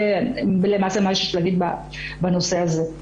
זה למעשה מה שיש לי להגיד בנושא הזה.